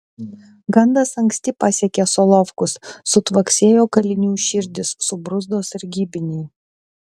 gandas anksti pasiekė solovkus sutvaksėjo kalinių širdys subruzdo sargybiniai